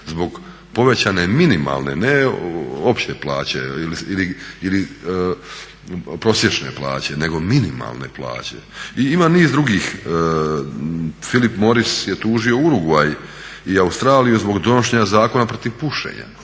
Zbog povećane minimalne, ne opće plaće ili prosječne plaće nego minimalne plaće. I ima niz drugih, Phillip Morris je tužio Urugvaj i Australiju zbog donošenja zakona protiv pušenja.